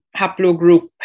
haplogroup